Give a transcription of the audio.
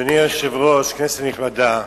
אדוני היושב-ראש, כנסת נכבדה,